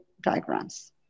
diagrams